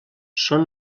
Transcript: són